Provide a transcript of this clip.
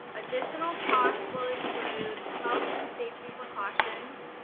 additional costs will include health and safety precautions,